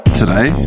today